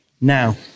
Now